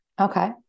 Okay